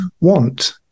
want